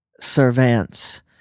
Servants